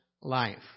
life